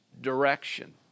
direction